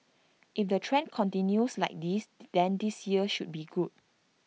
if the trend continues like this then this year should be good